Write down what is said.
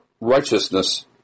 righteousness